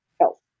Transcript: health